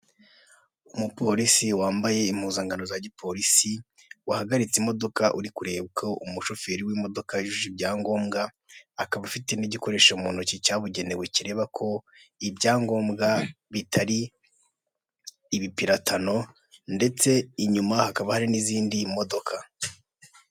Umupolisi wambaye impuzankano za gipolisi, wahagaritse imodoka, uri kureba ko umushoferi w'imodoka yujuje ibyangombwa, akaba afite n'igikoresho mu ntoki cyabugenewe kireba ko ibyangombwa bitari ibipiratano, ndetse inyuma hakaba hari n'izindi modoka.